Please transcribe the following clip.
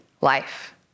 life